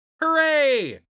Hooray